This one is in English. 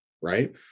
right